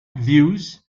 views